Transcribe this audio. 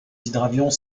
hydravions